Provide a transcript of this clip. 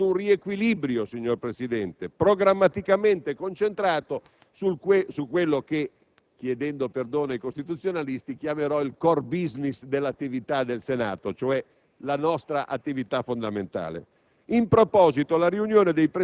suggerisce ora di provvedere ad un riequilibrio, signor Presidente, programmaticamente concentrato su quello che -chiedendo perdono ai costituzionalisti - chiamerò il *core business* dell'attività del Senato, cioè la nostra attività fondamentale.